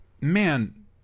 man